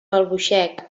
albuixec